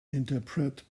interpret